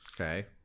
Okay